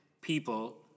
people